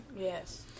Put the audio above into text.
Yes